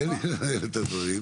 תן לי לומר את הדברים,